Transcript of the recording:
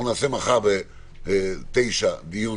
ב-09:00,